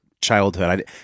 childhood